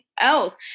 else